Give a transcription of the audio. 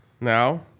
Now